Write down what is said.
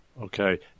Okay